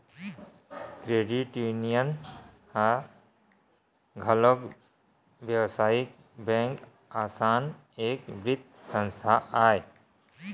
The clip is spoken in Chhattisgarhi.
क्रेडिट यूनियन ह घलोक बेवसायिक बेंक असन एक बित्तीय संस्था आय